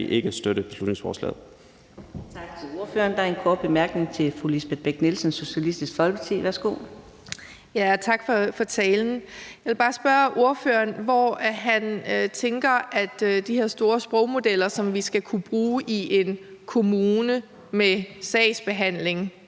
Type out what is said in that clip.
ikke støtte beslutningsforslaget.